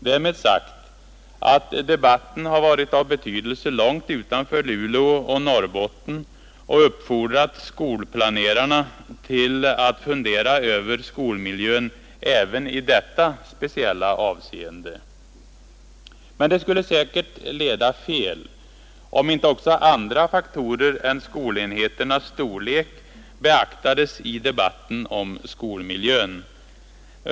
Därmed har debatten varit av betydelse långt utanför Luleå och Norrbotten och uppfordrat skolplanerarna till att fundera över skolmiljön även i detta speciella avseende. Men det skulle säkert leda fel om inte också andra faktorer än skolenheternas storlek beaktades i debatten om skolmiljön.